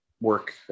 work